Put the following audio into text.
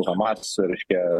hamas reiškia